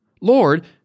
Lord